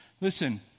Listen